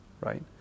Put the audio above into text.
right